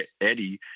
Eddie